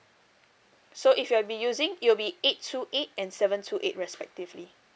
so if you are it will be eight two eight and seven two eight respectively